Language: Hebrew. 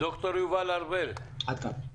עד כאן.